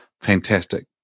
Fantastic